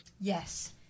Yes